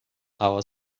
our